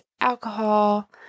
alcohol